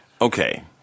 Okay